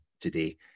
today